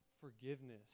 forgiveness